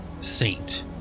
saint